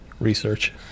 research